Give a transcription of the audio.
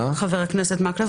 חבר הכנסת מקלב,